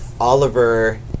Oliver